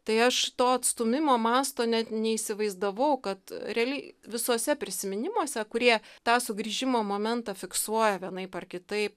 tai aš to atstūmimo masto net neįsivaizdavau kad realiai visuose prisiminimuose kurie tą sugrįžimo momentą fiksuoja vienaip ar kitaip